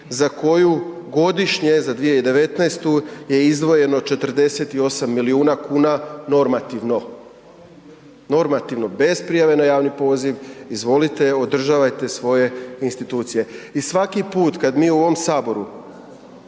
za koju godišnje za 2019. je izdvojeno 48 milijuna kuna normativno, normativno, bez prijave na javni poziv, izvolite, održavajte svoje institucije. I svaki put kad mi u ovom saboru